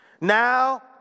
Now